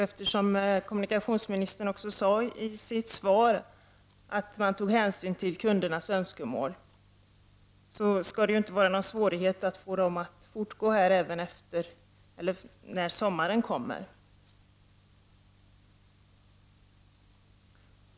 Eftersom kommunikationsministern också sade i sitt svar att regeringen tog hänsyn till kundernas önskemål, skall det väl inte vara någon svårighet att få en fortsättning av detta även när sommaren kommer.